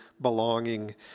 belonging